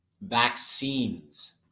vaccines